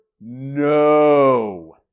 no